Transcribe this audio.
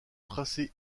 tracés